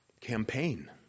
campaign